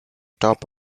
top